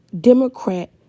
Democrat